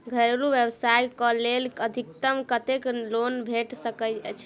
घरेलू व्यवसाय कऽ लेल अधिकतम कत्तेक लोन भेट सकय छई?